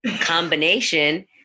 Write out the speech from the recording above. combination